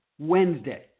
Wednesday